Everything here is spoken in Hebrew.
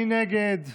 מי נגד?